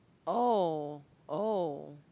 oh oh